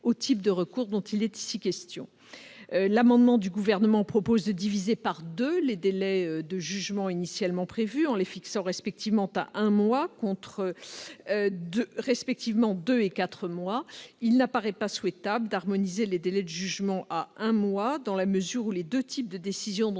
type de recours dont il est ici question. L'amendement du Gouvernement tend à diviser par deux les délais de jugement initialement prévus, en les fixant respectivement à un et deux mois, contre deux et quatre mois. Il n'apparaît pas souhaitable d'harmoniser les délais de jugement à un mois. Non seulement les deux types de décisions dont